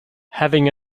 having